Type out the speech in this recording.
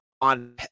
on